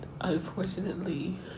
unfortunately